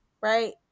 right